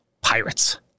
pirates